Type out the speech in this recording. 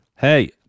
Hey